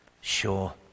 sure